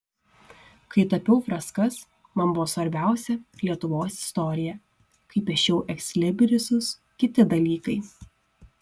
kai tapiau freskas man buvo svarbiausia lietuvos istorija kai piešiau ekslibrisus kiti dalykai